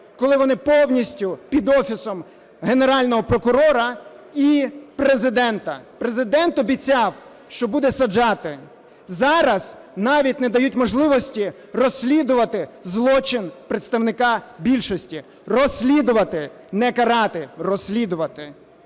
коли вони повністю під Офісом Генерального прокурора і Президента. Президент обіцяв, що буде саджати. Зараз навіть не дають можливості розслідувати злочин представника більшості. Розслідувати – не карати. Розслідувати.